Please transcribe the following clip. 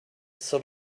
sort